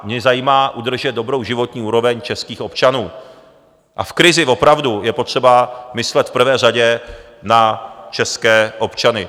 Mě zajímá udržet dobrou životní úroveň českých občanů a v krizi opravdu je potřeba myslet v prvé řadě na české občany.